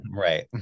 Right